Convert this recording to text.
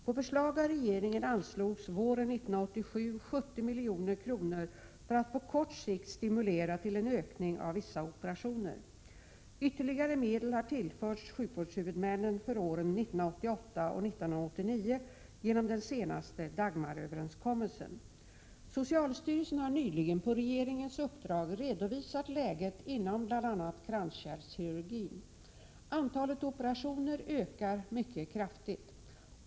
På förslag av regeringen anslogs 70 milj.kr. våren 1987 för att på kort sikt stimulera till en ökning av vissa operationer. Ytterligare medel har tillförts sjukvårdshuvudmännen för åren 1988 och 1989 genom den senaste Dagmaröverenskommelsen. Socialstyrelsen har nyligen på regeringens uppdrag redovisat läget inom bl.a. kranskärlskirurgin. Antalet operationer ökar mycket kraftigt.